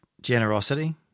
generosity